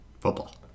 Football